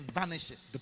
vanishes